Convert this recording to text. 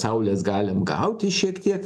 saulės galim gauti šiek tiek